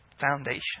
foundation